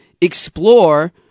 explore